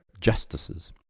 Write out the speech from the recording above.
justices